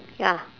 ya